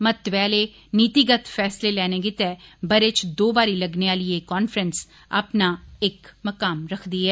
महत्वै आले नीतिगत फैसले लैने गितै ब'रे च दो बारी लग्गने आली एह् कांफ्रैंस अपना एक मकाम रखदी ऐ